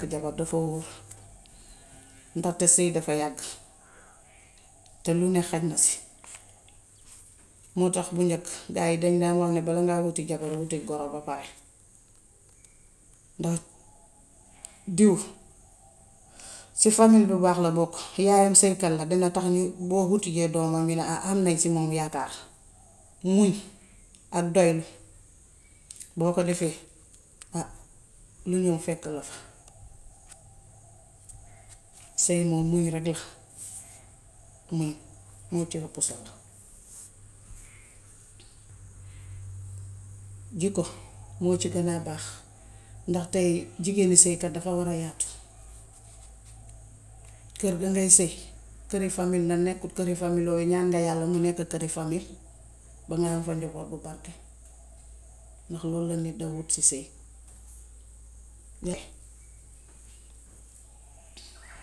Takk jabar dafa wóor ndaxte sëy dafa yàgg te lu ne xaj na ci moo tax bu njëkk gaa yi dañ daan wax ne balaa ngaa wuti jabar wutil goro ba pare ndax diw si fami bu baax la bokk yaayam sëykat la dina tax ñu, boo hutijee doomam ñu ne ñu ne ham nañ ci moom yaakaar. Muñ ak doylu, boo ko defee, lu ñów fekk la fa. Sëy moom muñ rekk la, muñ. Moo ca hëpp solo. Jikko moo ci gënaa baax ndax tay jigéeni sëykat dafaa war a yaatu. Kër ga ngay sëy; këri fami la nekkut këri fami yooyu, ñaan nga yàlla mu nekk këri fami, ba ŋa am fa njaboot gu barke ndax lool la nit da wut ci sëy.